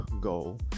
goal